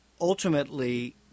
ultimately